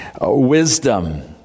wisdom